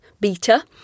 beta